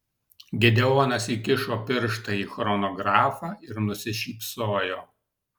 gideonas įkišo pirštą į chronografą ir nusišypsojo